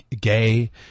gay